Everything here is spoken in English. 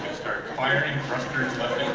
start firing thrusters left